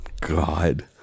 God